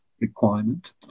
requirement